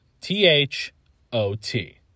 T-H-O-T